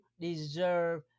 deserve